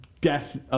death